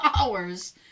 hours